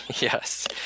Yes